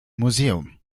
museum